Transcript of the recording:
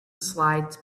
slides